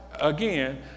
again